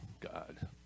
God